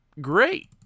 great